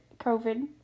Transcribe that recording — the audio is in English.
covid